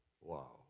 Wow